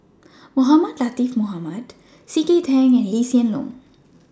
Mohamed Latiff Mohamed C K Tang and Lee Hsien Loong